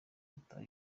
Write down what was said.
gutaha